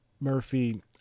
Murphy